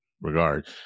regard